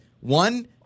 one